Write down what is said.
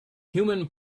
human